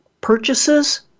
purchases